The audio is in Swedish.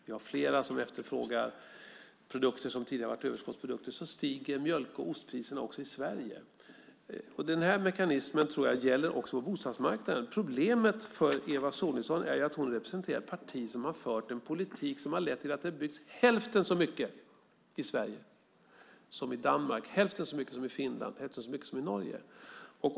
Vi har flera som efterfrågar produkter som det tidigare har varit överskott på, och då stiger mjölk och ostpriserna också i Sverige. Den här mekanismen gäller också på bostadsmarknaden. Problemet för Eva Sonidsson är att hon representerar ett parti som har fört en politik som har lett till att det har byggts hälften så mycket i Sverige som i Danmark, Finland och Norge.